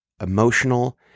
emotional